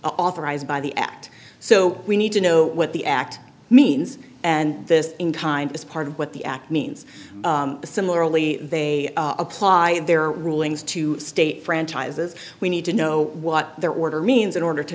authorized by the act so we need to know what the act means and this in kind is part of what the act means similarly they apply in their rulings to state franchises we need to know what their order means in order to